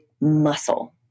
muscle